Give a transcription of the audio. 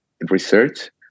research